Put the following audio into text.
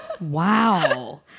Wow